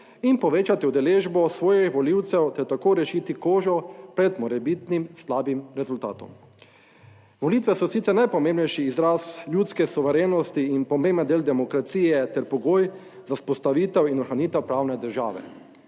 in povečati udeležbo svojih volivcev ter tako rešiti kožo pred morebitnim slabim rezultatom. Volitve so sicer najpomembnejši izraz ljudske suverenosti in pomemben del demokracije ter pogoj za vzpostavitev in ohranitev pravne države.